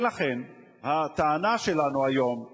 ולכן הטענה שלנו היום היא,